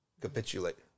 Capitulate